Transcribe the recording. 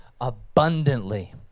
abundantly